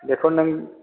बेखौ नों